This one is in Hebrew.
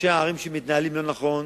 ראשי הערים שמתנהלים לא נכון,